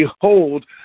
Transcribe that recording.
behold